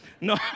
No